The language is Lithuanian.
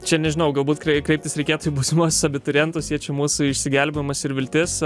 čia nežinau galbūt krei kreiptis reikėtų būsimuosius abiturientus jie čia mūsų išsigelbėjimas ir viltis